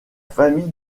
famille